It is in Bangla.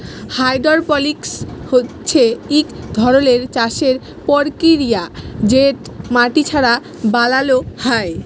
হাইডরপলিকস হছে ইক ধরলের চাষের পরকিরিয়া যেট মাটি ছাড়া বালালো হ্যয়